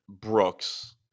Brooks –